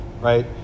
right